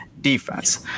defense